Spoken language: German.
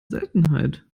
seltenheit